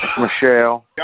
Michelle